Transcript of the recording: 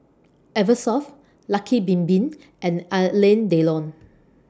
Eversoft Lucky Bin Bin and Alain Delon